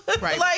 Right